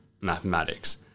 mathematics